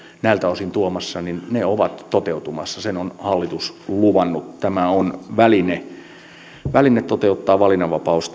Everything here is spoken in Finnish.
näiltä osin tuomassa ovat toteutumassa sen on hallitus luvannut tämä henkilökohtainen budjetti on väline toteuttaa valinnanvapaus